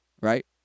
right